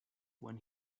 when